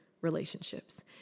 relationships